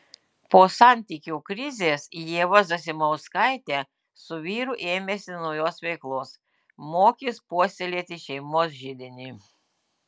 po santykių krizės ieva zasimauskaitė su vyru ėmėsi naujos veiklos mokys puoselėti šeimos židinį